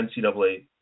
NCAA